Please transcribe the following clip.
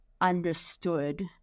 understood